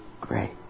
great